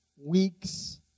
weeks